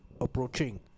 approaching